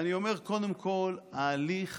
אני אומר, קודם כול, ההליך